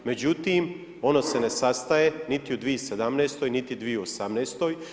Međutim, ono se ne sastaje niti u 2017., niti u 2018.